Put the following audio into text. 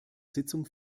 sitzung